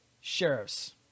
Sheriff's